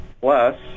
plus